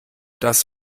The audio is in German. das